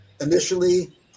initially